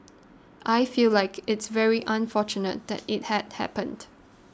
I feel like it's very unfortunate that it had happened